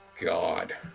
god